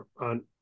on